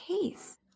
case